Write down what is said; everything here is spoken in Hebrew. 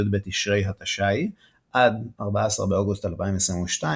י' בתשרי ה'תש"י – 14 באוגוסט 2022,